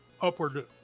upward